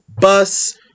Bus